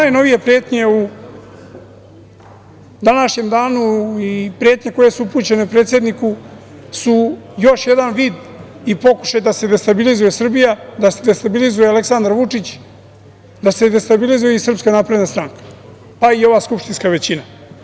Najnovije pretnje u današnjem danu i pretnje koje su upućene predsedniku su još jedan vid i pokušaj da se destabilizuje Srbija, da se destabilizuje Aleksandar Vučić, da se destabilizuje SNS, pa i ova skupštinska većina.